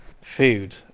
food